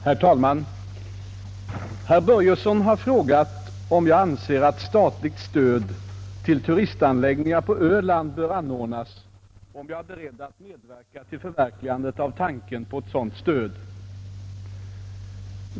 Herr talman! Herr Börjesson i Glömminge har frågat om jag anser att statligt stöd till turistanläggningar på Öland bör anordnas och om jag är beredd att medverka till förverkligandet av tanken på ett sådant stöd.